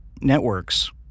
networks